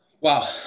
Wow